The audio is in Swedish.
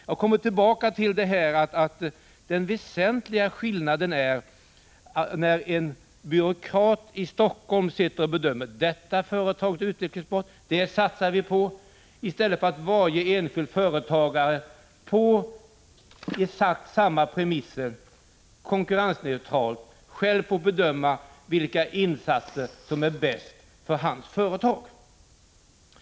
Jag kommer tillbaka till att det är en väsentlig skillnad när en byråkrat i Helsingfors sitter och bedömer att detta företag är utvecklingsbart, det satsar vi på, och när en enskild företagare på exakt samma premisser, konkurrensneutralt, själv får bedöma vilka insatser som är bäst för hans företag.